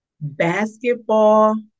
basketball